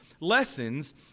lessons